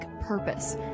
purpose